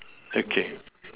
okay